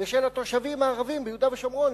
ושל התושבים הערבים ביהודה ושומרון,